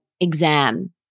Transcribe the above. exam